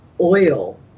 oil